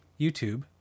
YouTube